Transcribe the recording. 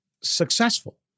successful